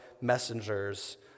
messengers